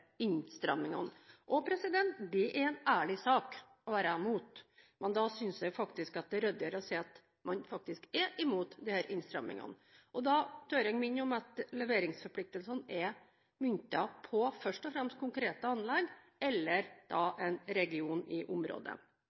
er en ærlig sak å være imot, men da synes jeg faktisk det er ryddigere å si at man faktisk er imot disse innstrammingene. Da tør jeg minne om at leveringsforpliktelsene først og fremst er myntet på konkrete anlegg eller en region i området.